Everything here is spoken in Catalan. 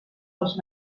dels